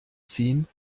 ziehen